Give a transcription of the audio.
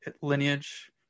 lineage